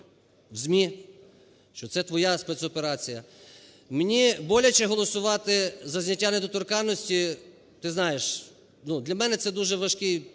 в ЗМІ, що це твоя спецоперація. Мені боляче голосувати за зняття недоторканності, ти знаєш, ну, для мене це дуже важкий період,